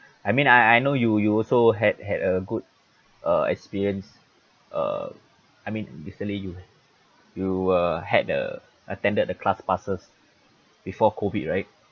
I mean I I know you you also had had a good uh experience uh I mean recently you you uh had uh attended the class passes before COVID right